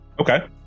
okay